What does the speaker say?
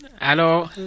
Hello